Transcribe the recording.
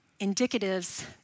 Indicatives